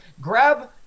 grab